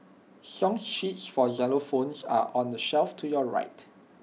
song sheets for xylophones are on the shelf to your right